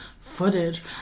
footage